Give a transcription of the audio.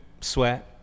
sweat